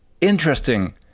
interesting